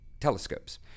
telescopes